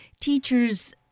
teachers